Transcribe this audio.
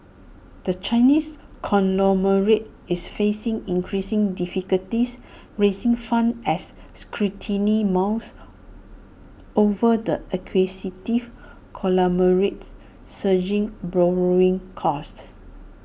the Chinese conglomerate is facing increasing difficulties raising funds as scrutiny mounts over the acquisitive conglomerate's surging borrowing costs